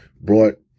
brought